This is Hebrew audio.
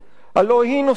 הלוא היא נוסעת למזרח,